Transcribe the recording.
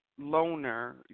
loner